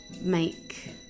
make